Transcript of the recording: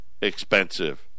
expensive